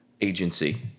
agency